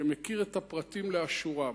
שמכיר את הפרטים לאשורם,